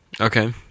Okay